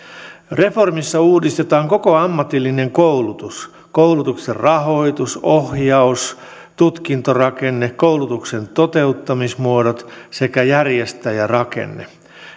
reformissa uudistetaan koko ammatillinen koulutus koulutuksen rahoitus ohjaus tutkintorakenne koulutuksen toteuttamismuodot sekä järjestäjärakenne